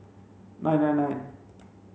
nine nine nine